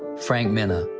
frank minna.